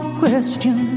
question